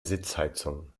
sitzheizung